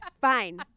Fine